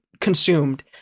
consumed